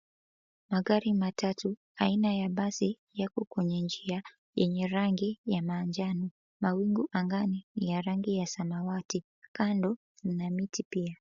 Magari matatu aina ya basi yako kwenye njia yenye rangi ya manjano. Mawingu angani ni ya rangi ya samawati, kando mna miti pia.